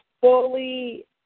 fully